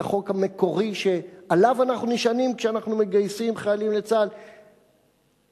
החוק המקורי שעליו אנחנו נשענים כשאנחנו מגייסים חיילים לצה"ל בצבא,